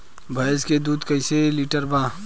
भैंस के दूध कईसे लीटर बा?